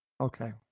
Okay